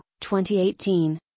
2018